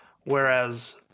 whereas